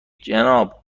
جناب